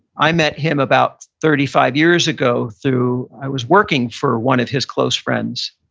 i met him about thirty five years ago through, i was working for one of his close friends,